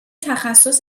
تخصص